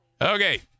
Okay